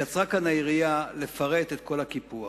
קצרה כאן היריעה לפרט את כל הקיפוח.